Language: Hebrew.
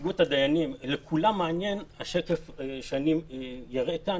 את כולם מעניין השקף שאני אראה כאן.